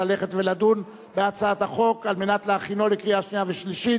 ואם לא תהיינה הפתעות,